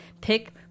pick